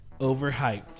Overhyped